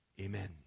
Amen